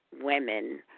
women